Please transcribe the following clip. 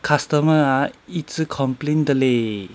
customer ah 一直 complain 的 leh